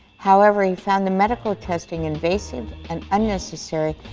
however, he found the medical testing invasive and unnecessary,